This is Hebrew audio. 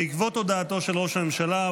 בעקבות הודעתו של ראש הממשלה,